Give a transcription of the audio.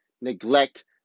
neglect